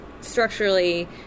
structurally